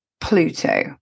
Pluto